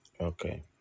Okay